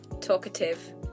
talkative